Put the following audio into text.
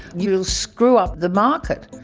you'll screw up the market.